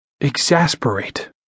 exasperate